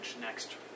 next